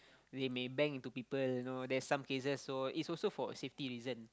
they may bang into people you know then some cases so it's also for safety reason